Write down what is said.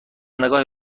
نگاهی